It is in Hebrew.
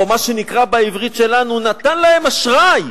או מה שנקרא בעברית שלנו: נתן להן אשראי.